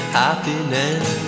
happiness